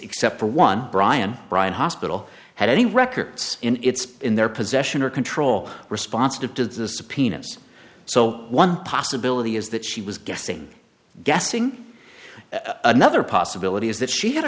except for one brian brian hospital had any records in its in their possession or control response to the subpoenas so one possibility is that she was guessing guessing another possibility is that she had